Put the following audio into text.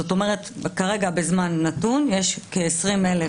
זאת אומרת כרגע בזמן נתון יש כ-20,000.